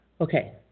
Okay